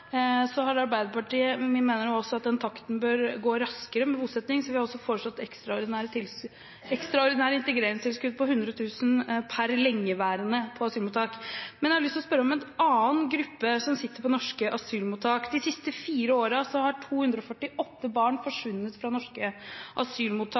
så vi har foreslått et ekstraordinært integreringstilskudd på 100 000 kr per lengeværende på asylmottak. Men jeg har lyst til å spørre om en annen gruppe som sitter på norske asylmottak. De siste fire årene har 248 barn